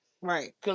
Right